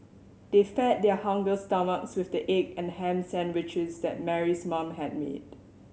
they fed their hungry stomachs with the egg and ham sandwiches that Mary's mom had made